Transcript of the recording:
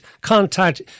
contact